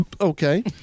Okay